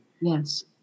Yes